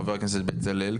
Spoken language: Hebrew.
חה"כ בצלאל,